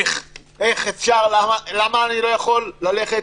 למה אני לא יכול ללכת,